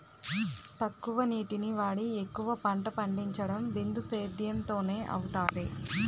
తక్కువ నీటిని వాడి ఎక్కువ పంట పండించడం బిందుసేధ్యేమ్ తోనే అవుతాది